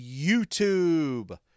youtube